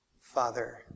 Father